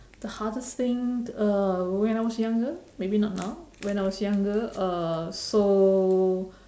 the hardest thing uh when I was younger maybe not now when I was younger uh so